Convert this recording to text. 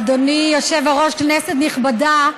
אדוני היושב-ראש, כנסת נכבדה,